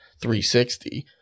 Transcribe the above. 360